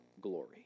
glory